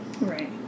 right